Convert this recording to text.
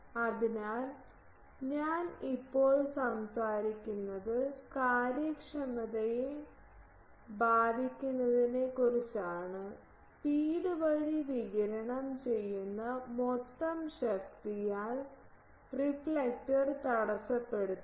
അതിനാൽ ഞാൻ ഇപ്പോൾ സംസാരിക്കുന്നത് കാര്യക്ഷമതയെ ബാധിക്കുന്നതിനെക്കുറിച്ചാണ് ഫീഡ് വഴി വികിരണം ചെയ്യുന്ന മൊത്തം ശക്തിയാൽ റിഫ്ലക്റ്റർ തടസ്സപ്പെടുത്തുന്നു